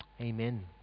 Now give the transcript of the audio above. Amen